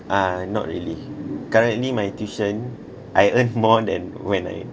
uh not really currently my tuition I earn more than when I